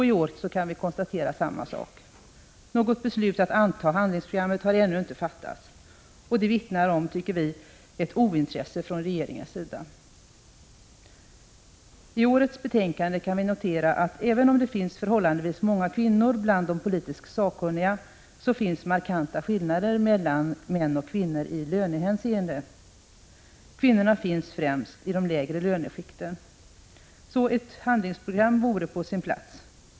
I år kan vi konstatera samma sak. Något beslut att anta handlingsprogrammet har ännu inte fattats. Det vittnar, tycker vi, om ett ointresse hos regeringen. I årets betänkande kan vi notera att även om det finns förhållandevis många kvinnor bland de politiskt sakkunniga, så råder markanta skillnader mellan män och kvinnor i lönehänseende. Kvinnorna finns främst i de lägre löneskikten. Ett handlingsprogram vore alltså på sin plats.